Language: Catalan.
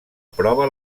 prova